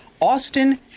Austin